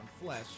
Flesh